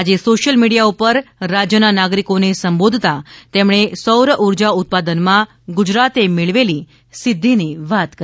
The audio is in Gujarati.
આજે સોશ્યલ મીડિયા પર રાજ્યના નાગરિકોને સંબોધતાં તેમણે સૌર ઊર્જા ઉત્પાદનમાં ગુજરાતે મેળવેલી સિદ્ધિની વાત કરી